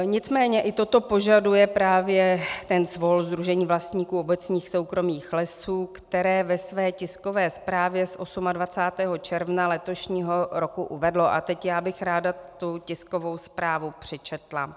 Nicméně i toto požaduje právě ten SVOL, Sdružení vlastníků obecních soukromých lesů, které ve své tiskové zprávě z 28. června letošního roku uvedlo a teď bych ráda tu tiskovou zprávu přečetla: